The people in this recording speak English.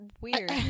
weird